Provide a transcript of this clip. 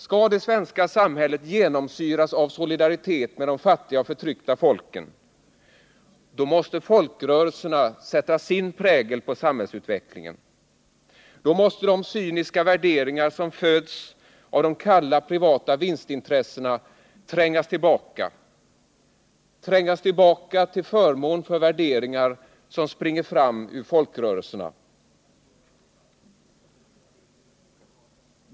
Skall det svenska samhället genomsyras av solidaritet med de fattiga och förtryckta folken, då måste folkrörelserna sätta sin prägel på samhällsutvecklingen, då måste de cyniska värderingar som föds av de kalla privata vinstintressena trängas tillbaka till förmån för de värderingar som springer fram ur folkrörelserna.